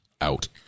out